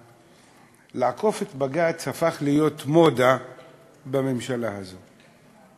לעקוף את בג"ץ הפך להיות מודה בממשלה הזאת.